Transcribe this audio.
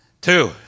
two